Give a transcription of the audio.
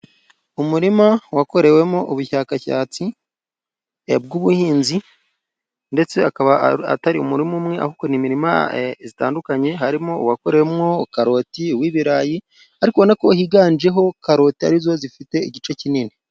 Umurima wakorewemo ubushakashatsi bw'ubuhinzi, ndetse akaba atari umuruma umwe, ahubwo imirima itandukanye, harimo uwakorewemo karoti, n'ibirayi, ariko higanjemo karoti, arizo zifite igice kinini.